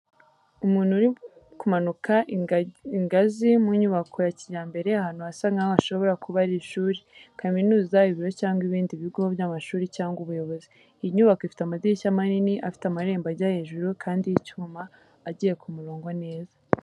Umuntu uri kumanuka ingazi mu nyubako ya kijyambere ahantu hasa nk’aho hashobora kuba ari ishuri, kaminuza, ibiro cyangwa ibindi bigo by’amashuri cyangwa ubuyobozi. Iyi nyubako ifite amadirishya manini afite amarembo ajya hejuru kandi y’icyuma agiye ku murongo neza.